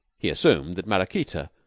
he assumed that maraquita